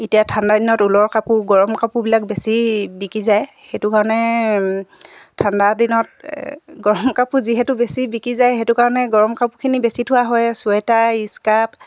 এতিয়া ঠাণ্ডা দিনত ঊলৰ কাপোৰ গৰম কাপোবিলাক বেছি বিকি যায় সেইটো কাৰণে ঠাণ্ডা দিনত গৰম কাপোৰ যিহেতু বেছি বিকি যায় সেইটো কাৰণে গৰম কাপোৰখিনি বেছি থোৱা হয় চুৱেটাৰ ইস্কাৰ্প